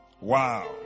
Wow